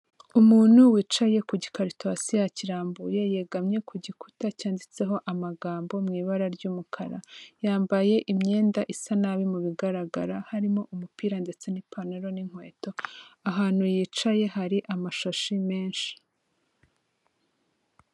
Umuntu wicaye ku gikarito hasi yakirambuye yegamye ku gikuta cyanditseho amagambo mu ibara ry'umukara. Yambaye imyenda isa nabi mu bigaragara harimo umupira ndetse n'ipantaro n'inkweto, ahantu yicaye hari amashashi menshi.